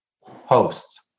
host